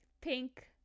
pink